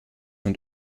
und